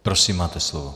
Prosím, máte slovo.